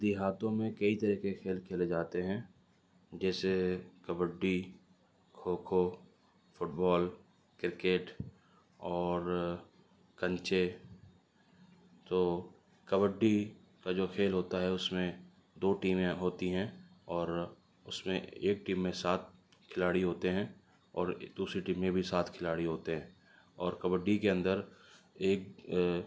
دیہاتوں میں کئی طرح کے کھیل کھیلے جاتے ہیں جسیے kabaddi kho kho football cricket اور کنچے تو کبڈی کا جو کھیل ہوتا ہے اس میں دو ٹیمیں ہوتی ہیں اور اس میں ایک ٹیم میں سات کھلاڑی ہوتے ہیں اور دوسری ٹیم میں بھی سات کھلاڑی ہوتے ہیں اور کبڈی کے اندر ایک